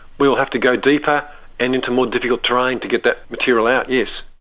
we will have to go deeper and into more difficult terrain to get that material out, yes.